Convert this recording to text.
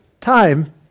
time